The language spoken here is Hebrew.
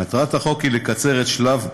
מטרת החוק היא לקצר את שלב התכנון,